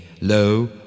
Lo